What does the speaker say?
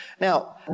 Now